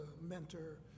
mentor